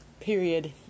period